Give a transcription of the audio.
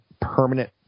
permanent